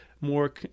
more